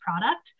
product